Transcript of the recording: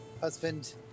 husband